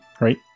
right